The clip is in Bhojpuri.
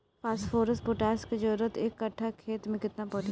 फॉस्फोरस पोटास के जरूरत एक कट्ठा खेत मे केतना पड़ी?